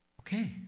Okay